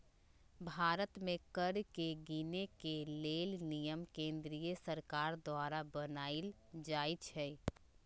भारत में कर के गिनेके लेल नियम केंद्रीय सरकार द्वारा बनाएल जाइ छइ